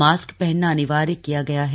mask पहनना अनिवार्य किया गया है